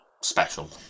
special